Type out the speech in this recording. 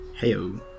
Heyo